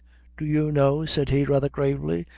do you know, said he, rather gravely,